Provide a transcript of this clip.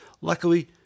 Luckily